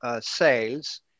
sales